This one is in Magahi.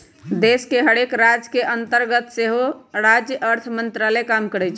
देश के हरेक राज के अंतर्गत सेहो राज्य अर्थ मंत्रालय काम करइ छै